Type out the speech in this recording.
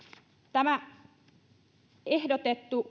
tämä ehdotettu